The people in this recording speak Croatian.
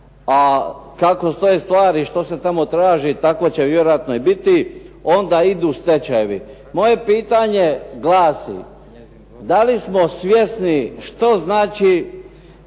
a kako stoje stvari što se tamo traži tako će vjerojatno i biti onda idu stečajevi. Moje pitanje glasi, da li smo svjesni što znači